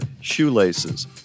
shoelaces